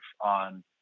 on